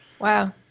Wow